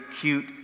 cute